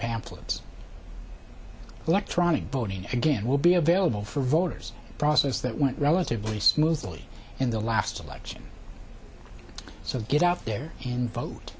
pamphlets electronic voting again will be available for voters process that went relatively smoothly in the last election so get out there and vote